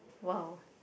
!wow!